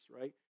right